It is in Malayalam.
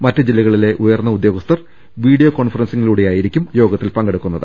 മറ്റ് ജില്ലകളിലെ ഉയർന്ന ഉദ്യോഗസ്ഥർ വീഡിയോ കോൺഫറൻസിങ്ങിലൂടെയായിരിക്കും യോഗത്തിൽ പങ്കെ ടുക്കുന്നത്